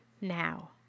now